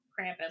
Krampus